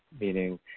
meaning